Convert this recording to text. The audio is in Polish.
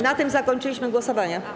Na tym zakończyliśmy głosowania.